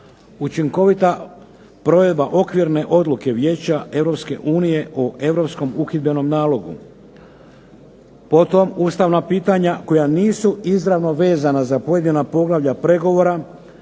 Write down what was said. učinkovita provedba okvirne odluke Vijeća EU o europskom uhidbenom nalogu. Potom, ustavna pitanja koja nisu izravno vezana za pojedina poglavlja pregovora